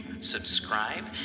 subscribe